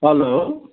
hello